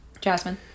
Jasmine